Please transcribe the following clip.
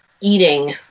eating